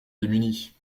démunis